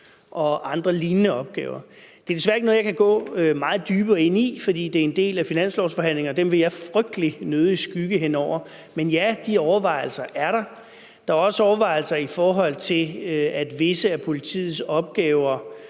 og andre lignende opgaver. Det er desværre ikke noget, jeg kan gå meget dybere ind i, fordi det er en del af finanslovsforhandlingerne, og dem vil jeg frygtelig nødig skygge hen over. Men, ja, de overvejelser er der. Der er også en overvejelse, i forhold til at visse af politiets opgaver